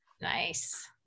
Nice